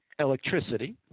Electricity